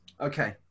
Okay